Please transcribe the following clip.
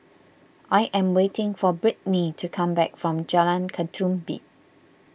I am waiting for Britny to come back from Jalan Ketumbit